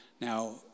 Now